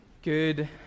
Good